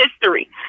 history